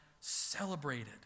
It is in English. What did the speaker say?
celebrated